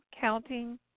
counting